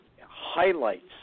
highlights